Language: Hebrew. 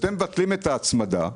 כשאתם מבטלים את ההצמדה,